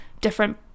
different